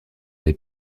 les